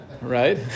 right